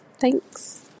Thanks